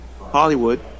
Hollywood